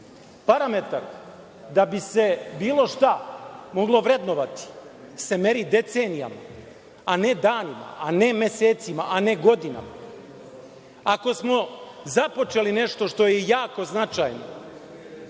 Parametar da bi se bilo šta moglo vrednovati se meri decenijama, a ne danima, a ne mesecima, a ne godinama. Ako smo započeli nešto što je jako značajno,